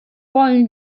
wollen